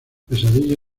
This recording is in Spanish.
pesadilla